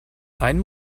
einen